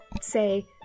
say